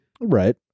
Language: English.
right